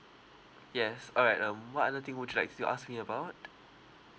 yes all right um what other thing would like to ask me about